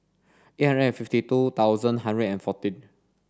eight hundred and fifty two thousand hundred and fourteen